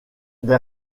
des